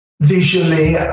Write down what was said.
visually